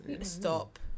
Stop